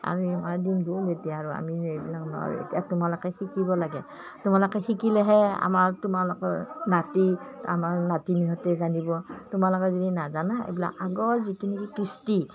যেতিয়া আৰু আমি এইবিলাক নোৱাৰো এতিয়া তোমালোকে শিকিব লাগে তোমালোকে শিকিলেহে আমাৰ তোমালোকৰ নাতি আমাৰ নাতিনীহঁতে জানিব তোমালোকে যদি নাজানা এইবিলাক আগৰ যিখিনি কৃষ্টি